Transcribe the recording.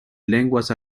lenguas